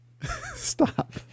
Stop